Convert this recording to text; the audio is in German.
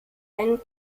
ein